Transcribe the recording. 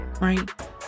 right